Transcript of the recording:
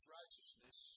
righteousness